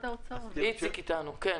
בבקשה.